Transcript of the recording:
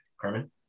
Carmen